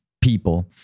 people